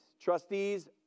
Trustees